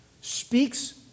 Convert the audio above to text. speaks